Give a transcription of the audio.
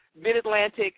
Mid-Atlantic